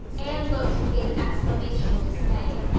anne looked and gave an exclamation of dismay.